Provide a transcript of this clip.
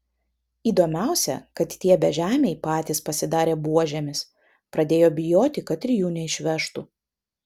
įdomiausia kad tie bežemiai patys pasidarė buožėmis pradėjo bijoti kad ir jų neišvežtų